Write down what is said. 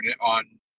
on